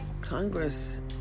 Congress